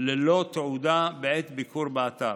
ללא תעודה בעת ביקור באתר.